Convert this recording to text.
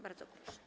Bardzo proszę.